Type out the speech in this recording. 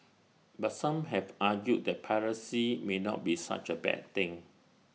but some have argued that piracy may not be such A bad thing